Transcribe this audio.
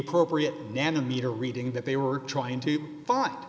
appropriate nano meter reading that they were trying to find